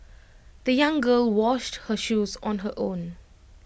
the young girl washed her shoes on her own